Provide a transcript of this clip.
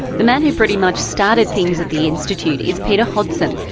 the man who pretty much started things at the institute is peter hodgson,